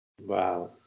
Wow